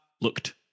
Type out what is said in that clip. Looked